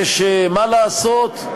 וכשמה לעשות,